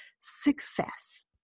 success